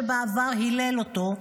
שבעבר הילל אותו,